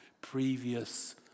previous